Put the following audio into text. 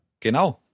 Genau